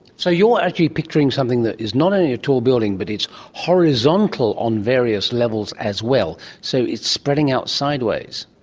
so you're actually picturing something that is not only a tall building but it's horizontal on various levels as well, so it's spreading out sideways.